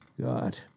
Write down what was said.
God